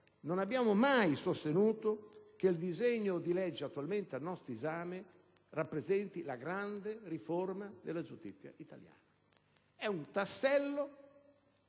di questa maggioranza - che il disegno di legge attualmente al nostro esame rappresenti la grande riforma della giustizia italiana. Esso è un tassello